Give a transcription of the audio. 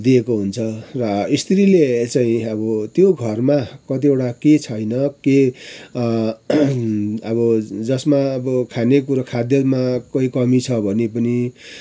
दिएको हुन्छ र स्त्रीले चाहिँ अब त्यो घरमा कतिवटा के छैन के अब जसमा अब खानेकुरो खाद्यमा कोही कमी छ भने पनि